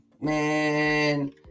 Man